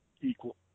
equal